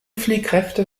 fliehkräfte